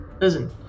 Listen